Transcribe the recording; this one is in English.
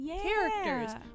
characters